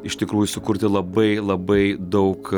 iš tikrųjų sukurti labai labai daug